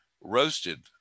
roasted